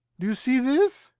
do you see this?